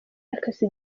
yakase